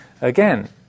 again